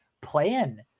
plan